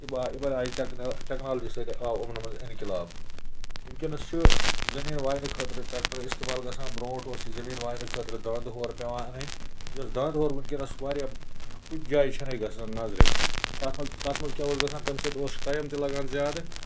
اِما یِمَن آے ٹٮ۪کنا ٹٮ۪کنالجی سۭتۍ آو یِمَن منٛز انقلاب وٕنکٮ۪نَس چھُ زٔمیٖن واینہٕ خٲطرٕ ٹٮ۪کٹر استعمال گژھان بروںٛٹھ اوس یہِ زٔمیٖن واینہٕ خٲطرٕ دانٛدٕ ہورٕ پٮ۪وان اَنٕنۍ یُس دانٛدٕ ہورٕ وٕنکٮ۪نَس واریاہ کُنہِ جایہِ چھِنہٕ گژھان نظرِ تَتھ منٛز تَتھ منٛز کیٛاہ اوس گژھان تَمہِ سۭتۍ اوس ٹایم تہِ لَگان زیادٕ